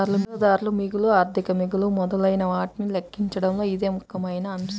వినియోగదారు మిగులు, ఆర్థిక మిగులు మొదలైనవాటిని లెక్కించడంలో ఇది ముఖ్యమైన అంశం